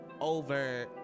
over